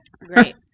great